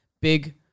big